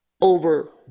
over